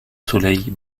soleil